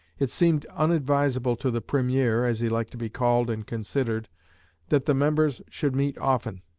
it seemed unadvisable to the premier as he liked to be called and considered that the members should meet often,